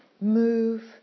move